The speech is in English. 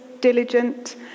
diligent